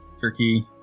Turkey